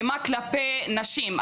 אלימה כלפיי נשים.